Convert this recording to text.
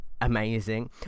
amazing